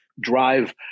drive